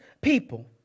people